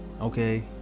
okay